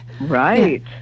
Right